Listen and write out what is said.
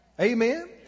Amen